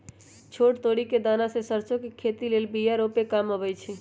छोट तोरि कें दना से सरसो के खेती लेल बिया रूपे काम अबइ छै